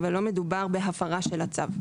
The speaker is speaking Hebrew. אבל לא מדובר בהפרה של הצו.